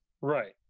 Right